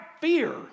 fear